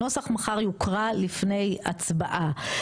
הנוסח מחר יוקרא לפני הצבעה,